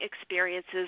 experiences